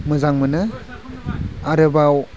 मोजां मोनो आरोबाव